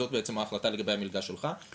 זאת בעצם ההחלטה לגבי המלגה שלך.